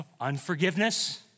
unforgiveness